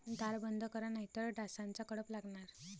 दार बंद करा नाहीतर डासांचा कळप लागणार